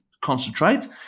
concentrate